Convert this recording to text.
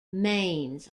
mainz